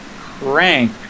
crank